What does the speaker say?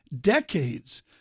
decades